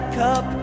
cup